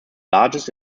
largest